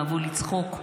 אהבו לצחוק,